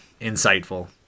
insightful